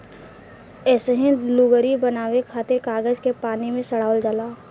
अइसही लुगरी बनावे खातिर कागज के पानी में सड़ावल जाला